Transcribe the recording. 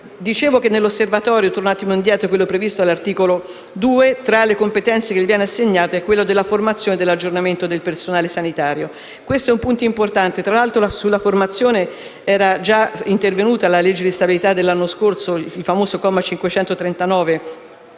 assegnate all'Osservatorio previsto all'articolo 3 vi è quella della formazione e dell'aggiornamento del personale sanitario. Questo è un punto importante. Tra l'altro, sulla formazione era già intervenuta la legge di stabilità dell'anno scorso, con il famoso comma 539